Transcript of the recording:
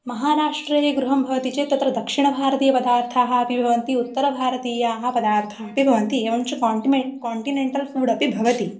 महाराष्ट्रे गृहं भवति चेत् तत्र दक्षिणभारतीयपदार्थाः अपि भवन्ति उत्तरभारतीयाः पदार्थाः अपि भवन्ति एवञ्च कण्टिमे काण्टिनेन्टल् फ़ूड् अपि भवति